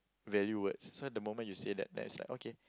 value words so the moment you say that then is like okay